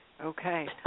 Okay